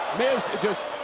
miz just,